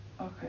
Okay